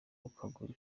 ukagura